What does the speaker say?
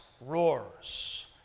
roars